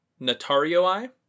natarioi